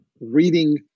reading